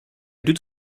doet